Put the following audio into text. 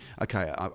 Okay